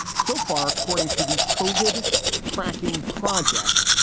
so far, according to the covert tracking project,